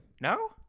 No